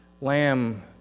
lamb